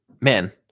men